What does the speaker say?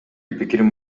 пикирим